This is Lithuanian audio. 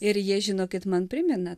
ir jie žino kad man primena